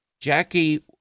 Jackie